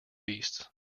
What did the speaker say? beasts